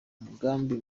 mugambi